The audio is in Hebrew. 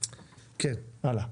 כן הלאה.